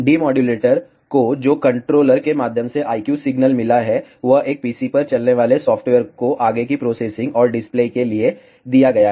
demodulator को जो controller के माध्यम से I Q सिग्नल मिला है वह एक PC पर चलने वाले सॉफ्टवेयर को आगे की प्रोसेसिंग और डिस्प्ले के लिए दिया गया है